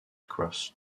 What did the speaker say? crust